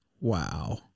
Wow